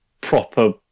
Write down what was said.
proper